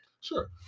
Sure